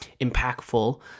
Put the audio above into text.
impactful